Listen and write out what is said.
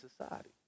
society